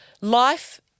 Life